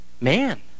man